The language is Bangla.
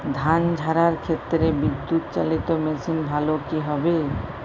ধান ঝারার ক্ষেত্রে বিদুৎচালীত মেশিন ভালো কি হবে?